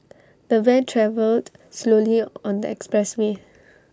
the van travelled slowly on the expressway